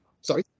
Sorry